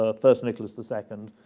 ah first nicholas the second,